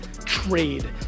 trade